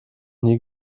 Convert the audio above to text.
nie